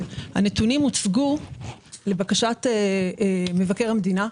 שהנתונים הוצגו לבקשת מבקר המדינה.